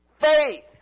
faith